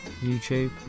YouTube